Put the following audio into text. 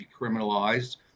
decriminalized